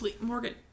Morgan